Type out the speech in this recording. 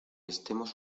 estemos